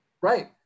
Right